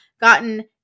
gotten